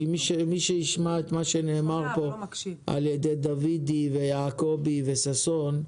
מי שישמע את מה שנאמר פה על ידי דוידי ויעקובי וששון,